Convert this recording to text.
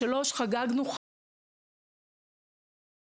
וחגגנו 5 שנים